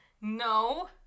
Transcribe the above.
No